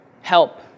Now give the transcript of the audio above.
help